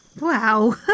wow